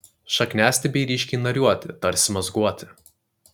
šakniastiebiai ryškiai nariuoti tarsi mazguoti